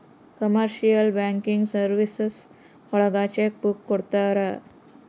commercial banking services ಒಳಗ cheque book ಕೊಡ್ತಾರ